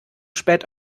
spät